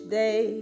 day